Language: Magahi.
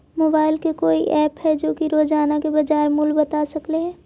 मोबाईल के कोइ एप है जो कि रोजाना के बाजार मुलय बता सकले हे?